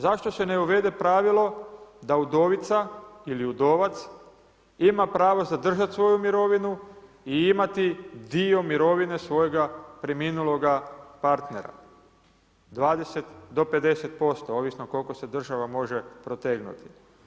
Zašto se ne uvede pravilo da udovica ili udovac ima pravo zadržati svoju mirovinu i imati dio mirovine svojega preminuloga partnera, 20-50% ovisno koliko se država može protegnuti.